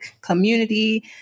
community